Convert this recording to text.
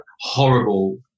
horrible